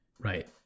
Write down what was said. Right